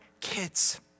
kids